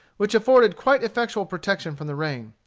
which afforded quite effectual protection from the rain.